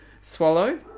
swallow